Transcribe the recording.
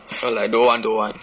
!wah! like don't want don't want